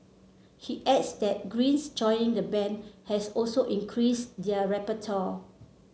he adds that Green's joining the band has also increased their repertoire